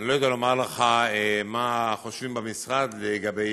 אני לא יודע לומר לך מה חושבים במשרד לגבי